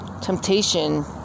temptation